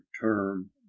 term